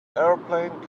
airplane